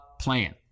plan